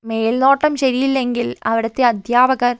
മേൽനോട്ടം ശരിയില്ലെങ്കിൽ അവിടുത്തെ അധ്യാപകർ